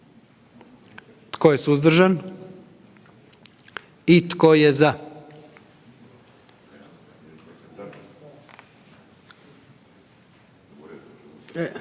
Tko je suzdržan? I tko je